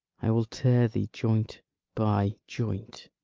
i will tear thee joint by joint,